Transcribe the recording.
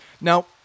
Now